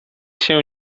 się